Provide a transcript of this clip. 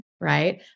right